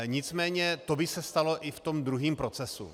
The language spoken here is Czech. Nicméně to by se stalo i v tom druhém procesu.